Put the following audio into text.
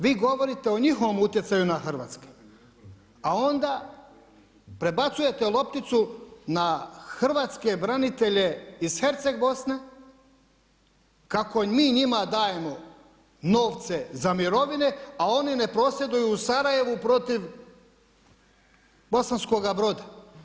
Vi govorite o njihovom utjecaju na hrvatske a onda prebacujete lopticu na hrvatske branitelje iz Herceg Bosne, kako mi njima dajemo novce za mirovine, a oni ne prosvjeduju u Sarajevu protiv Bosanskoga Broda.